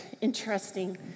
interesting